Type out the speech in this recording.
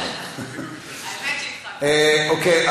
האמת היא, אוקיי.